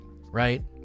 right